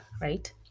right